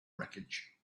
wreckage